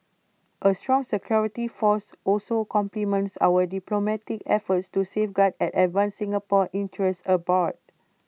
A strong security force also complements our diplomatic efforts to safeguard and advance Singapore's interests abroad